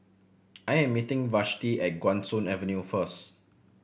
I am meeting Vashti at Guan Soon Avenue first